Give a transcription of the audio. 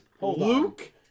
Luke